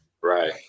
Right